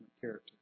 character